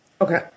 Okay